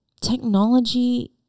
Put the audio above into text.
technology